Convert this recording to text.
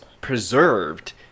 preserved